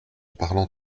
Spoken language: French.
parlant